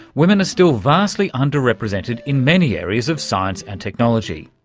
women are still vastly under-represented in many areas of science and technology.